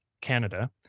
Canada